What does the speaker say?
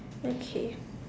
okay